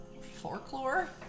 Folklore